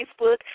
Facebook